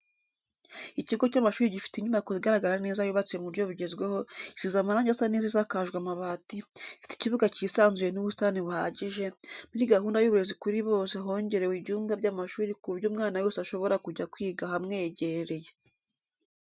Ikigo cy'amashuri gifite inyubako igaragara neza yubatse mu buryo bugezweho isize amarange asa neza isakajwe amabati, ifite ikibuga cyisanzuye n'ubusitani buhagije, muri gahunda y'uburezi kuri bose hongerewe ibyumba by'amashuri ku buryo umwana wese ashobora kujya kwiga ahamwegereye.